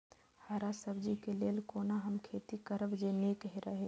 हरा सब्जी के लेल कोना हम खेती करब जे नीक रहैत?